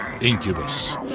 Incubus